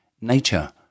nature